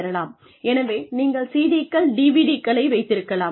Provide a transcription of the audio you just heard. எனவே நீங்கள் சிடிக்கள் டிவிடிகளை வைத்திருக்கலாம்